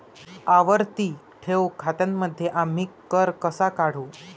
आवर्ती ठेव खात्यांमध्ये आम्ही कर कसा काढू?